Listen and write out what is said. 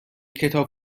کتاب